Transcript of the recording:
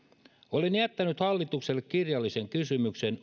olen jättänyt hallitukselle kirjallisen kysymyksen